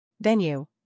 Venue